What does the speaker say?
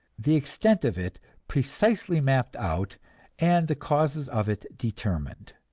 the extent of it precisely mapped out and the causes of it determined.